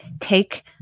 take